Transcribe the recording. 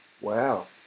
Wow